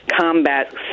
combat